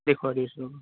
দেখুৱাই দি আছোঁ ৰ'ব